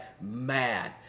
mad